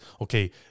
okay